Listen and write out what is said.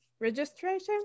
registration